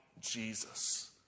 Jesus